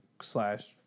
slash